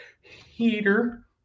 heater